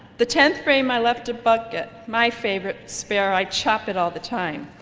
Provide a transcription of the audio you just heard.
the tenth frame i left a bucket my favorite spare, i chopped it all the time.